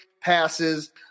passes